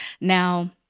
Now